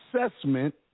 assessment